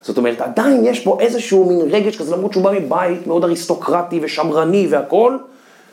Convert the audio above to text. זאת אומרת, עדיין יש פה איזשהו מין רגש כזה למרות שהוא בא מבית מאוד אריסטוקרטי ושמרני והכול